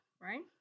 Right